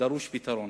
דרוש פתרון.